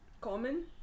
common